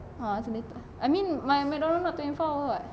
uh seletar I mean my McDonald not twenty four hour [what]